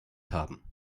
haben